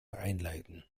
einleiten